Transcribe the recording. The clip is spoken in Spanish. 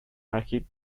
ágil